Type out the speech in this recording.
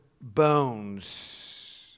bones